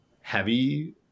heavy